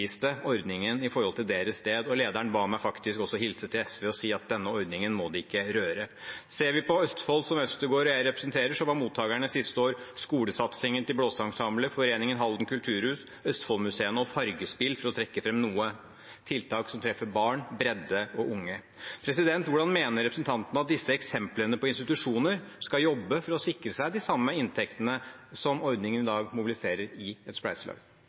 ordningen på vegne av sitt sted, og lederen ba meg faktisk også hilse til SV og si at de ikke måtte røre denne ordningen. Ser vi på Østfold, som representanten Øvstegård og jeg representerer, var mottakerne sist år skolesatsingen til Blåseensemblet, Foreningen Halden Kulturhus, Østfoldmuseene og Fargespill – for å trekke fram noen. Det er tiltak som treffer barn og unge, og de treffer bredt. Hvordan mener representanten at institusjonene skal jobbe for å sikre seg de samme inntektene som ordningen i dag mobiliserer i et